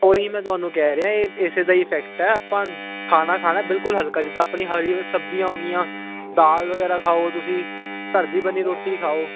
ਉਹ ਹੀ ਮੈਂ ਤੁਹਾਨੂੰ ਕਹਿ ਰਿਹਾ ਇਹ ਇਸ ਦਾ ਹੀ ਇਫੈਕਟ ਹੈ ਆਪਾਂ ਖਾਣਾ ਖਾਣਾ ਬਿਲਕੁਲ ਹਲਕਾ ਜਿੱਦਾਂ ਆਪਣੀ ਹਰੀ ਸਬਜ਼ੀਆਂ ਹੋ ਗਈਆਂ ਦਾਲ ਵਗੈਰਾ ਖਾਓ ਤੁਸੀਂ ਘਰ ਦੀ ਬਣੀ ਰੋਟੀ ਖਾਓ